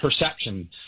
perception